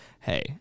hey